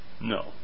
No